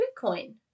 Bitcoin